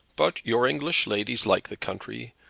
but your english ladies like the country.